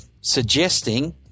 suggesting